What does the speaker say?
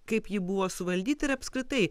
kaip ji buvo suvaldyta ir apskritai